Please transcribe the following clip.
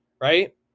right